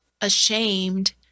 ashamed